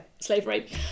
slavery